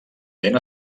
ben